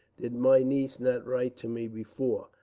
did my niece not write to me before?